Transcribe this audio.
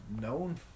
known